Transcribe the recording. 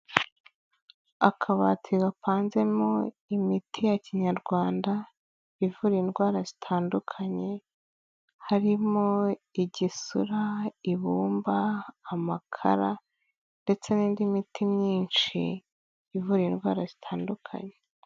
Akabati gapanzemo imiti ya Kinyarwanda ivura indwara zitandukanye harimo igisura, ibumba, amakara, ndetse n'indi miti myinshi ivura indwara zitandukanye.